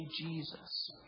Jesus